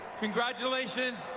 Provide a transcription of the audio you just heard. Congratulations